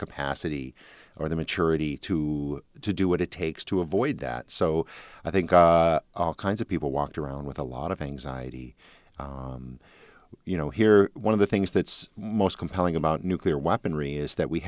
capacity or the maturity to do what it takes to avoid that so i think kinds of people walked around with a lot of anxiety you know here one of the things that's most compelling about nuclear weaponry is that we